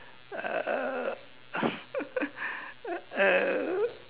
a a